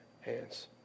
hands